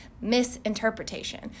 misinterpretation